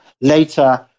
Later